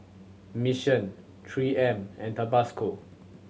Mission Three M and Tabasco